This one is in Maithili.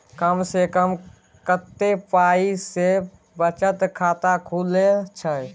कम से कम कत्ते पाई सं बचत खाता खुले छै?